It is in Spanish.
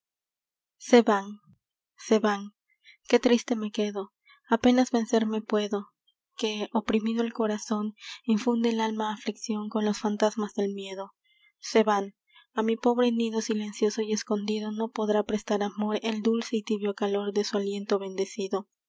se van qué triste me quedo apenas vencerme puedo que oprimido el corazon infunde al alma afliccion con los fantasmas del miedo se van a mi pobre nido silencioso y escondido no podrá prestar amor el dulce y tibio calor de su aliento bendecido